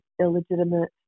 illegitimate